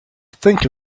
think